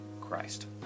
Christ